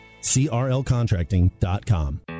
CRLcontracting.com